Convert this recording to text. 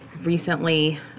recently